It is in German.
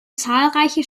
zahlreiche